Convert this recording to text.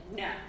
no